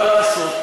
מה לעשות.